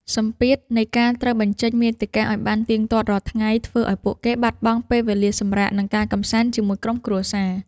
សម្ពាធនៃការត្រូវបញ្ចេញមាតិកាឱ្យបានទៀងទាត់រាល់ថ្ងៃ ធ្វើឱ្យពួកគេបាត់បង់ពេលវេលាសម្រាក និងការកម្សាន្តជាមួយក្រុមគ្រួសារ។